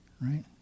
right